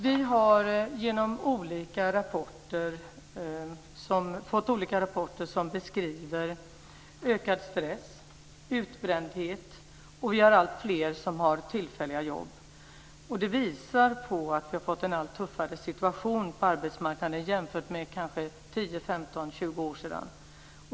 Vi har fått olika rapporter som beskriver ökad stress och utbrändhet, och att alltfler har tillfälliga jobb. Detta visar att vi har fått en allt tuffare situation på arbetsmarknaden jämfört med för kanske 10-20 år sedan.